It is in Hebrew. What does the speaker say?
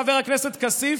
חבר הכנסת כסיף,